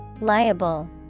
Liable